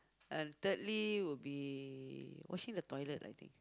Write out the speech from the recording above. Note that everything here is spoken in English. and thirdly would be washing the toilet I think